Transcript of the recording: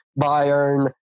Bayern